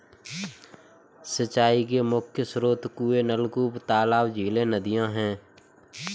सिंचाई के मुख्य स्रोत कुएँ, नलकूप, तालाब, झीलें, नदियाँ हैं